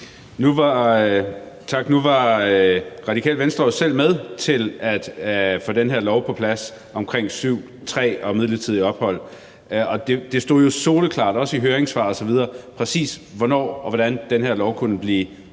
Nu var Radikale Venstre jo selv med til at få den her lov på plads omkring § 7, stk. 3, om midlertidigt ophold, og det stod jo soleklart, også i høringssvaret osv., præcis hvornår og hvordan den her lov kunne blive brugt,